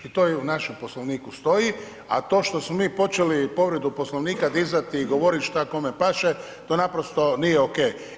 I to i u našem Poslovniku stoji, a to što smo mi počeli povredu Poslovnika dizati i govoriti što kome paše to naprosto nije OK.